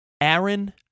Aaron